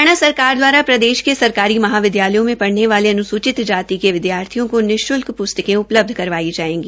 हरियाणा सरकार दवारा प्रदेश के सरकारी महाविद्यालयों में प ने वाले अन्सूचित जाति के विद्यार्थियों को निश्ल्क प्स्तकें उपलब्ध करवाई जायेगी